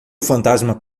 fantasma